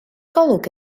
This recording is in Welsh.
golwg